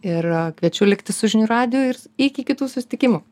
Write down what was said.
ir kviečiu likti su žinių radiju ir iki kitų susitikimų